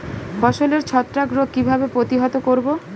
ফসলের ছত্রাক রোগ কিভাবে প্রতিহত করব?